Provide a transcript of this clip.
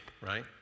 right